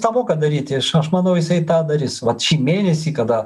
tą voką daryti iš aš manau jisai tą daris vat šį mėnesį kada